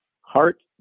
Heart